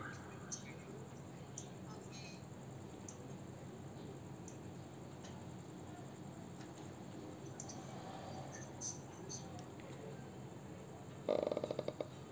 err